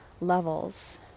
levels